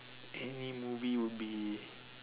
any movie would be